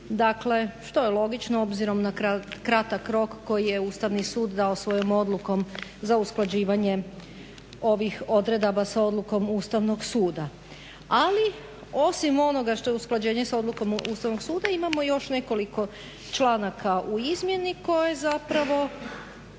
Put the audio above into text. što je logično obzirom na kratak rok koji je Ustavni sud dao svojom odlukom za usklađivanje ovih odredaba sa odlukom Ustavnog suda. Ali osim onoga što je usklađenje sa odlukom Ustavnog suda imamo još nekoliko članaka u izmjeni koje zapravo